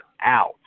out